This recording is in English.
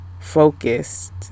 focused